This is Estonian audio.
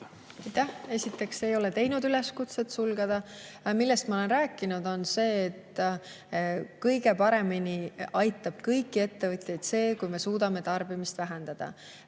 Esiteks, ei ole teinud üleskutset sulgeda. Millest ma olen rääkinud, on see, et kõige paremini aitab kõiki ettevõtjaid see, kui me suudame tarbimist vähendada.